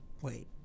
wait